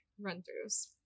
run-throughs